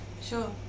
Sure